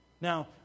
Now